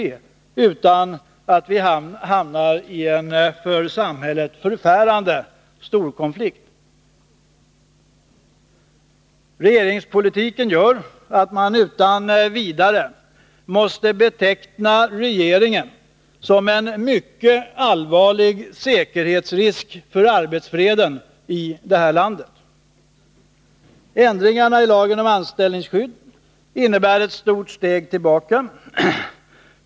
I stället får vi kanske en för samhället förfärande storkonflikt. Regeringen med dess politik gör att man utan vidare måste beteckna den som en mycket allvarlig säkerhetsrisk för arbetsfreden i detta land. Ändringarna lagen om anställningsskydd innebär ett stort steg tillbaka.